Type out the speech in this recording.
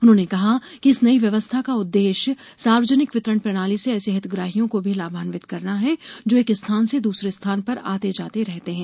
उन्होंने कहा कि इस नई व्यवस्था का उद्देश्य सार्वजनिक वितरण प्रणाली से ऐसे हितग्राहियों को भी लाभान्वित करना है जो एक स्थान से दूसरे स्थान पर आते जाते रहते हैं